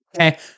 Okay